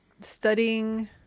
studying